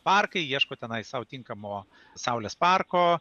parką ieško tenai sau tinkamo saulės parko